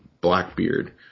Blackbeard